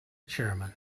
chairman